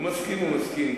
הוא מסכים.